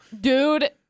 Dude